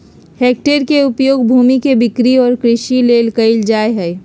hectare के उपयोग भूमि के बिक्री और कृषि ले कइल जाय हइ